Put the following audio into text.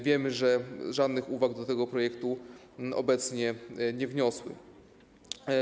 Wiemy, że żadnych uwag do tego projektu obecnie nie wniosły.